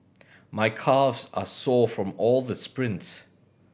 my calves are sore from all the sprints